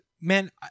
man